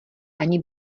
ani